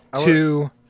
two